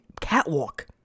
catwalk